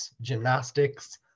gymnastics